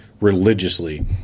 religiously